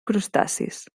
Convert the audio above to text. crustacis